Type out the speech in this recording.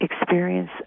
experience